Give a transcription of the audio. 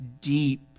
deep